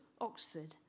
Oxford